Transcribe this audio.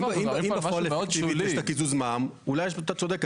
אם בפועל, אפקטיבי קיזוז מע"מ, אולי אתה צודק.